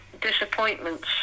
disappointments